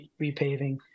repaving